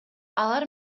алар